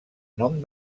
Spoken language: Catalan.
nom